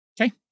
Okay